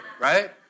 right